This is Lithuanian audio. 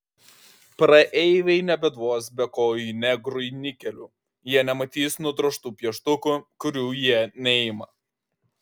praeiviai nebeduos bekojui negrui nikelių jie nematys nudrožtų pieštukų kurių jie neima